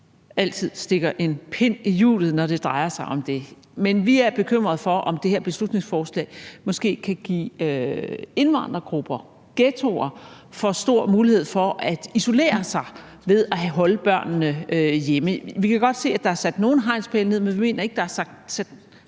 altid stikker en kæp i hjulet, når det drejer sig om det. Men vi er bekymrede for, om det her beslutningsforslag måske kan give indvandrergrupper – ghettoer – for stor mulighed for at isolere sig ved at holde børnene hjemme. Vi kan godt se, at der er sat nogle hegnspæle ned, men vi mener ikke, at der er sat